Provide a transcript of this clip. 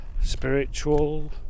spiritual